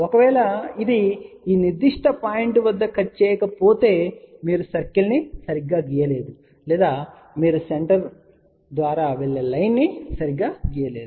ఒకవేళ ఇది ఈ నిర్దిష్ట పాయింట్ వద్ద కట్ చేయకపోతే మీరు సర్కిల్ను సరిగ్గా గీయలేదు లేదా మీరు సెంటర్ సరే ద్వారా వెళ్లే లైన్ ను సరిగ్గా గీయలేదు